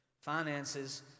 finances